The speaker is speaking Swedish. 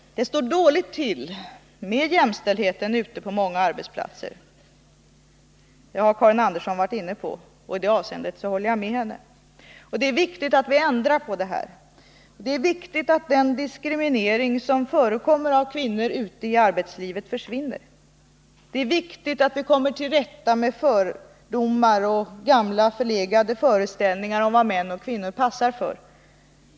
Det står dåligt till med jämställdheten ute på mänga arbetsplatser. Det har Karin Andersson varit inne på, och i det avseendet håller jag med henne. Det är viktigt att det förhållandet ändras. Det är viktigt t försvinner. Det är viktigt att vi kommer till rätta med fördomar och gamla förlegade föreställningar om vad män och kvinnor passar för.